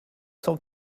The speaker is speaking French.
cent